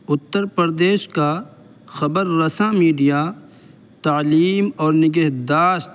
اتر پردیش کا خبر رساں میڈیا تعلیم اور نگہداشت